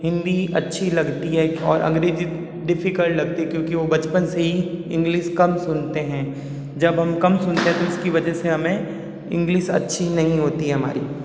हिंदी अच्छी लगती है और अंग्रेजी डिफिकल्ट लगती है क्योंकि वो बचपन से ही इंग्लिश कम सुनते हैं जब हम कम सुनते हैं तो उसकी वजह से हमें इंग्लिश अच्छी नहीं होती हमारी